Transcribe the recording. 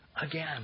again